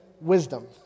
wisdom